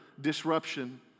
disruption